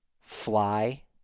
fly